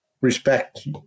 Respect